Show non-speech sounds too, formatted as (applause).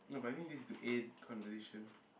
no but I think this is to aid the conversation (breath)